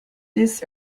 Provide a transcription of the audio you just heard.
this